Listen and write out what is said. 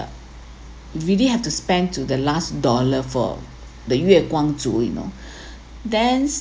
really have to spend to the last dollar for the yue guang zhu you know then